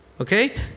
Okay